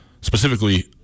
Specifically